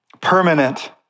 permanent